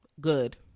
good